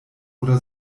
oder